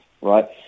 Right